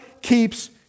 Keeps